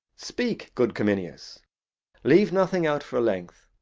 speak, good cominius leave nothing out for length,